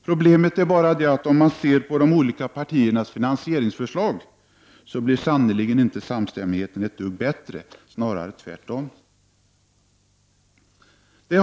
Problemet är bara att samstämmigheten, om man studerar de olika partiernas finansieringsförslag, sannerligen inte blir ett dugg bättre — snarare tvärtom!